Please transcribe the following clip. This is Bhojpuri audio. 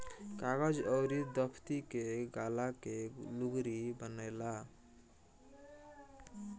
कागज अउर दफ़्ती के गाला के लुगरी बनेला